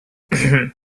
hurdle